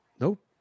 Nope